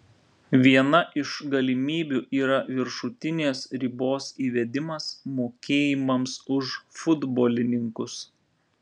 viena iš galimybių yra viršutinės ribos įvedimas mokėjimams už futbolininkus